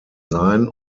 sein